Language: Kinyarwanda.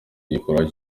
igikorwa